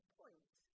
point